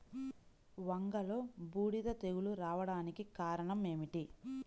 వంగలో బూడిద తెగులు రావడానికి కారణం ఏమిటి?